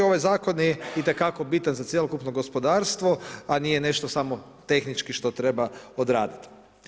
Ovaj zakon je i te kako bitan za cjelokupno gospodarstvo, a nije nešto samo tehnički što treba odraditi.